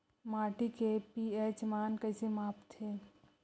माटी के पी.एच मान कइसे मापथे?